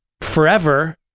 forever